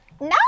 No